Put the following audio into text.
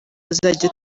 azajya